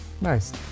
nice